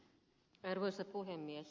arvoisa puhemies